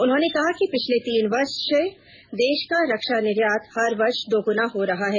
उन्होंने कहा कि पिछले तीन वर्ष से देश का रक्षा निर्यात हर वर्ष दोगुना हो रहा है